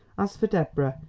as for deborah,